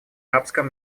арабском